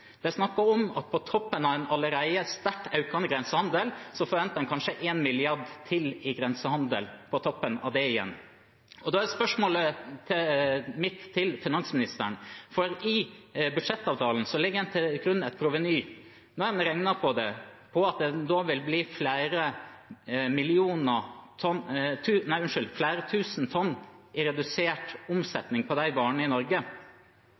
Det er snakk om at på toppen av en allerede sterkt økende grensehandel forventer en kanskje 1 mrd. kr til i grensehandelen, på toppen av det igjen. Og da er spørsmålet mitt til finansministeren: I budsjettavtalen legger en til grunn et proveny. Men når en regner på det, og at det da vil bli flere tusen tonn i redusert omsetning på disse varene i Norge, hvor mange arbeidsplasser vil gå tapt i Norge